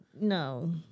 No